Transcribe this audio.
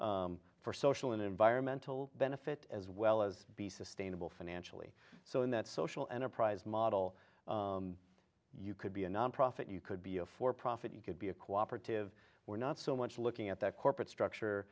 to for social and environmental benefit as well as be sustainable financially so in that social enterprise model you could be a nonprofit you could be a for profit you could be a co operative we're not so much looking at that corporate structure